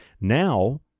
Now